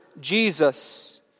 Jesus